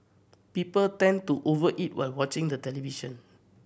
people tend to over eat while watching the television